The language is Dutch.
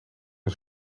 een